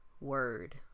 Word